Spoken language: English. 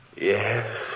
Yes